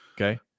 Okay